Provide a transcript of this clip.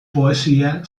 poesia